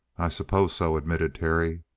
i suppose so, admitted terry.